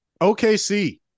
OKC